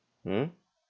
mm